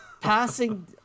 passing